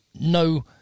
No